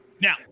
now